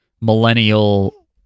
millennial